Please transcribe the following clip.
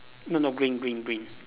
no no green green green